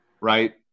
right